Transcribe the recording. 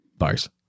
Bars